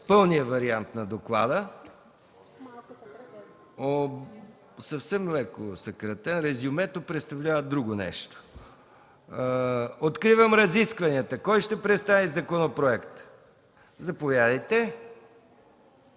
комисията. (Реплики.) Да, съвсем леко съкратен. Резюмето представлява друго нещо. Откривам разискванията. Кой ще представи законопроекта? – Заповядайте.